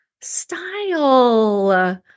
style